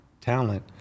talent